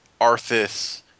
Arthas